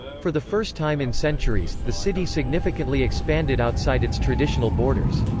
for the first time in centuries, the city significantly expanded outside its traditional borders.